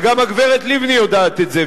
וגם הגברת לבני יודעת את זה,